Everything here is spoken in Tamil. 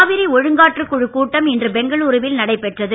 காவிரி ஒழுங்காற்றுக் குழுக் கூட்டம் இன்று பெங்களூருவில் நடைபெற்றது